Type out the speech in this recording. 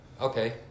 Okay